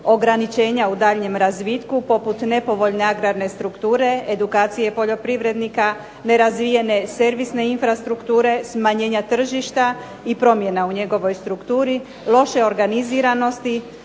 ograničenja u daljnjem razvitku poput nepovoljne agrarne strukture, edukacije poljoprivrednika, nerazvijene servisne infrastrukture, smanjenja tržišta i promjena u njegovoj strukturi, lošoj organiziranosti